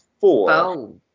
four